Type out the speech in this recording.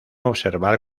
observar